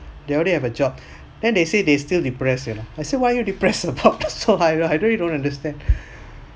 they already have a job then they say they still depress you know I said why you depressed about so I really don't understand